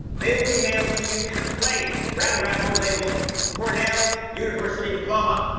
they will be mailed to you in a plain brown wrapper labeled cornell university diploma.